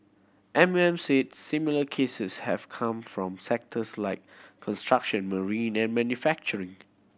M O M said similar cases have come from sectors like construction marine and manufacturing